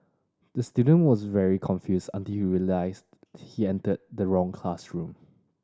the student was very confused until he realised he entered the wrong classroom